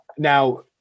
Now